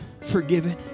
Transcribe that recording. forgiven